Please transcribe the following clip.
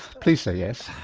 please say yes!